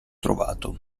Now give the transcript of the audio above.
trovato